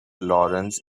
lawrence